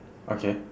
okay